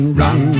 run